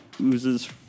oozes